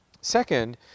Second